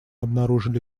обнаружили